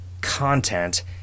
content